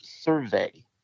survey